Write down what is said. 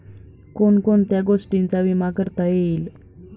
कोण कोणत्या गोष्टींचा विमा करता येईल?